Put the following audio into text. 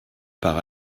par